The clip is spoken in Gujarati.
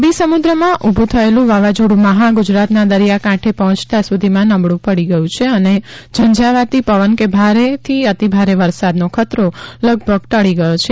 અરબી સમુદ્રમાં ઊભું થયેલું વાવાઝોડું મહા ગુજરાતના દરિયાકાંઠે પહોંચતાં સુધીમાં નબળું પડી ગયું છે અને ઝંઝાવાતી પવન કે ભારેથી અતિભારે વરસાદનો ખતરો લગભગ ટળી ગયો છે